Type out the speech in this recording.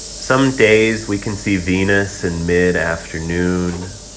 some days we can see venus in mid-afternoon.